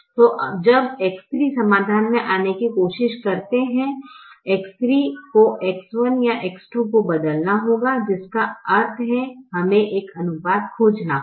तो जब X3 समाधान में आने की कोशिश करते है X3 को X1 या X2 को बदलना होगा जिसका अर्थ है हमें एक अनुपात खोजना होगा